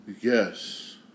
yes